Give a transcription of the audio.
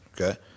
okay